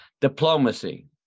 diplomacy